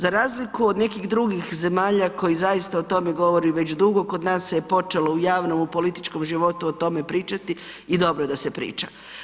Za razliku od nekih drugih zemalja koje zaista o tome govori već dugo, kod nas se počelo u javnom, u političkom životu o tome pričati i dobro da se priča.